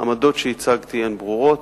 העמדות שהצגתי הן ברורות,